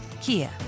Kia